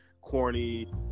corny